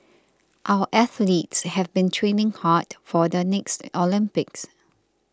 our athletes have been training hard for the next Olympics